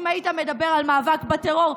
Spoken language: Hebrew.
אם היית מדבר על מאבק בטרור,